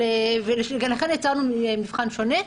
ולכן יצרנו מבחן שונה.